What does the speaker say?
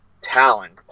talent